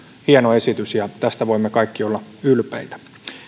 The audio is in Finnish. hieno esitys ja tästä voimme kaikki olla ylpeitä